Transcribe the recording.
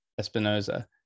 espinoza